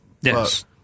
Yes